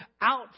out